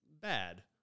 bad